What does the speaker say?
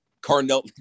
Carnell